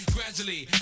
Gradually